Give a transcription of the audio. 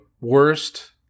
worst